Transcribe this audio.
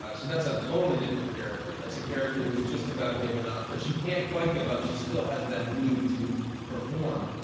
ah so that's a totally different character. that's a character who's just about given up. but she can't quite give up. she still has that need to perform.